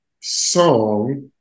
song